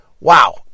Wow